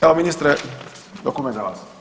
Evo, ministre, dokument za vas.